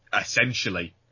essentially